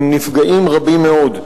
עם נפגעים רבים מאוד.